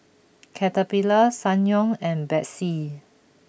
Caterpillar Ssangyong and Betsy